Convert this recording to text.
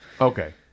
Okay